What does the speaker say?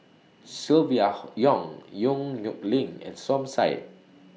Silvia Yong Yong Nyuk Lin and Som Said